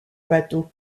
bateau